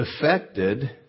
affected